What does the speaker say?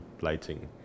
lighting